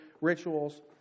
rituals